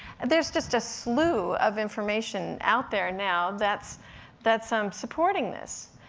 there's just a slew of information out there now that's that's um supporting this.